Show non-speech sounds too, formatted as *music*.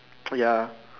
*noise* ya